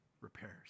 repairs